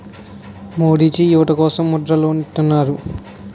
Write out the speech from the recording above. మోడీజీ యువత కోసం ముద్ర లోన్ ఇత్తన్నారు